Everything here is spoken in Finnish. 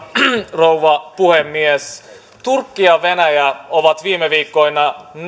rouva puhemies turkki ja venäjä ovat viime viikkoina